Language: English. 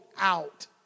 out